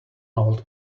old